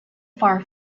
far